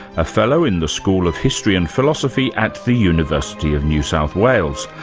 a fellow in the school of history and philosophy at the university of new south wales,